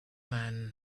man